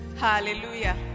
Hallelujah